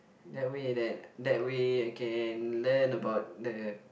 that way that that way I can learn about the